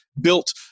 built